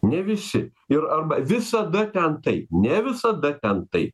ne visi ir arba visada ten taip ne visada ten taip